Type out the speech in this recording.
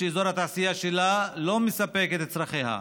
שאזור התעשייה שלה לא מספק את צרכיה,